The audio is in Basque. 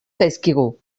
zaizkigu